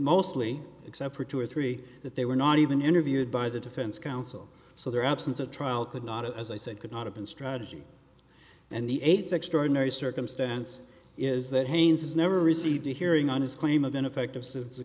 mostly except for two or three that they were not even interviewed by the defense counsel so their absence of trial could not as i said could not have been strategy and the ace extraordinary circumstance is that haynes has never received a hearing on his claim of ineffective since the